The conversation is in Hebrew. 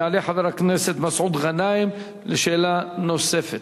יעלה חבר הכנסת מסעוד גנאים לשאלה נוספת.